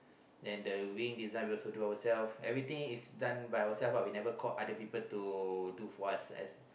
then the wing design we do ourself everything done by ourself we never call anyone to do for us